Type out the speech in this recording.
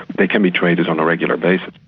they can be traded on a regular basis.